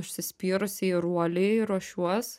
užsispyrusi ir uoliai ruošiuos